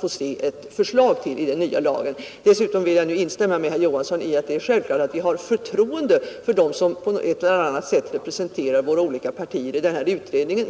få se. Dessutom vill jag instämma med herr Olof Johansson i Stockholm i att det är självklart att vi har förtroende för dem som representerar de olika partierna i denna utredning.